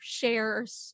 shares